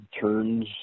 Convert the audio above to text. turns